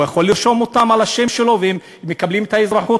האם הוא יכול לרשום אותם על השם שלו והם מקבלים אזרחות,